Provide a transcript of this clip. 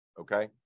Okay